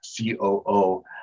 COO